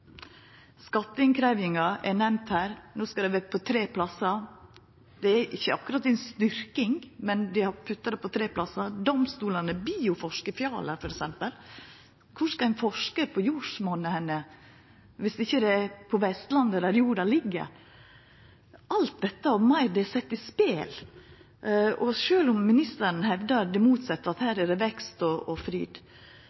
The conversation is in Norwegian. Skatteinnkrevjinga er nemnd her – no skal det vera på tre plassar. Det er ikkje akkurat ei styrking, men dei har putta det på tre plassar. Domstolane, Bioforsk i Fjaler, f.eks. – kor skal ein forske på jordsmonnet dersom det ikkje er på Vestlandet, der jorda ligg? Alt dette og meir til vert sett i spel, og sjølv om ministeren hevdar det motsette, at her